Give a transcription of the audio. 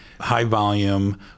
high-volume